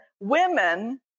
women